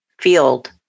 field